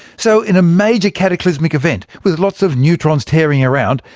so in a major cataclysmic event with lots of neutrons tearing around,